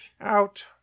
Out